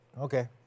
Okay